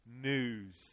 news